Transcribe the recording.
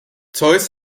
zeus